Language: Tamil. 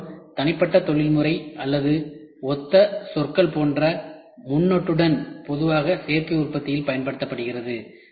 பெரும்பாலும் தனிப்பட்ட தொழில்முறை அல்லது ஒத்த சொற்கள் போன்ற முன்னொட்டுடன் பொதுவாக சேர்க்கை உற்பத்தியில் பயன்படுத்தப்படுகிறது